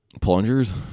plungers